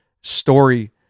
story